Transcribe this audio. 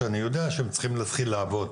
שאני יודע שהם צריכים להתחיל לעבוד,